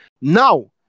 Now